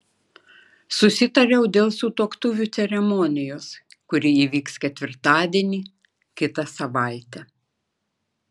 susitariau dėl sutuoktuvių ceremonijos kuri įvyks ketvirtadienį kitą savaitę